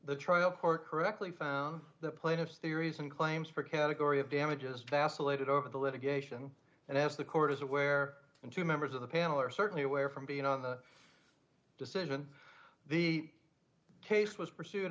the trial court correctly found the plaintiffs the reason claims for category of damages vacillated over the litigation and as the court is aware and two members of the panel are certainly aware from being on the decision the case was pursu